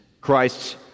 Christ's